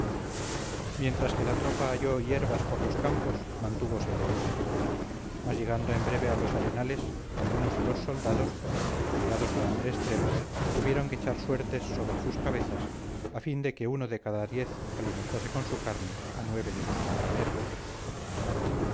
mientras que la tropa halló hierbas por los campos mantúvose de ellas mas llegando en breve a los arenales algunos de los soldados obligados de hambre extrema tuvieron que echar suertes sobre sus cabezas a fin de que uno de cada diez alimentase con su carne a nueve de sus compañeros